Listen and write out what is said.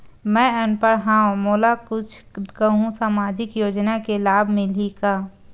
मैं अनपढ़ हाव मोला कुछ कहूं सामाजिक योजना के लाभ मिलही का?